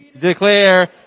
Declare